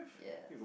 yes